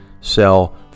sell